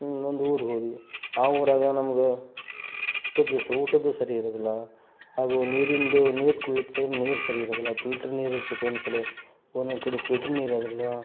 ಒಂದೂರಿಗೆ ಹೋದ್ವಿ ಆ ಊರಾಗ ನಮ್ಗೆ ಊಟದ್ದು ಸ್ ಊಟದ್ದು ಸರಿ ಇರೋದಿಲ್ಲ ಹಾಗೂ ನೀರಿಂದು ನೀರು ಕುಡೀಲಿಕ್ಕೆ ನೀರು ಸರಿ ಇರೋದಿಲ್ಲ ಪಿಲ್ಟ್ರ್ ನೀರು ಇರ್ತದೆ ಒಂದು ಕಡೆ ಒಂದೊಂದು ಕಡೆ ಫಿಲ್ಟರ್ನೂ ಇರೋದಿಲ್ಲ